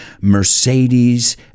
Mercedes